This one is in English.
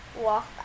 Walk